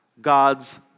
God's